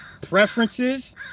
preferences